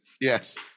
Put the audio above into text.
yes